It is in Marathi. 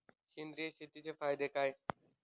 सेंद्रिय शेतीचा फायदा काय?